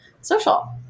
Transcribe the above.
social